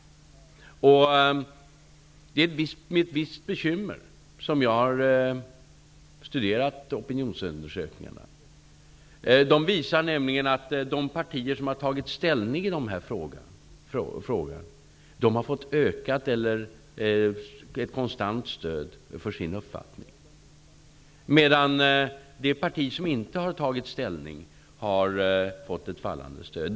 Det är med ett visst bekymmer som jag har studerat opinionsundersökningarna. De visar nämligen att de partier som har tagit ställning i den här frågan har fått ett konstant eller ökat stöd för sin uppfattning. Det parti som inte har tagit ställning har fått ett fallande stöd.